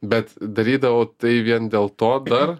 bet darydavau tai vien dėl to dar